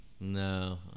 no